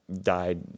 died